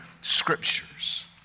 scriptures